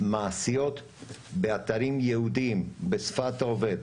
מעשיות באתרים ייעודים בשפת העובד,